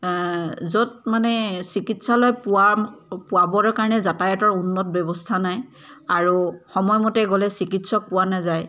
য'ত মানে চিকিৎসালয় পোৱা পোৱাবৰ কাৰণে যাতায়তৰ উন্নত ব্যৱস্থা নাই আৰু সময়মতে গ'লে চিকিৎসক পোৱা নাযায়